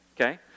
okay